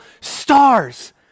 stars